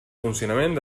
funcionament